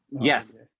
yes